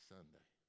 Sunday